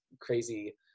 crazy